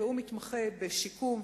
והוא מתמחה בשיקום,